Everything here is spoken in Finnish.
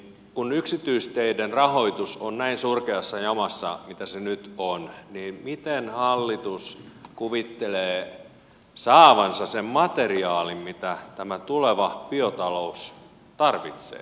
kun yksityisteiden rahoitus on näin surkeassa jamassa kuin se nyt on niin miten hallitus kuvittelee saavansa sen materiaalin mitä tämä tuleva biotalous tarvitsee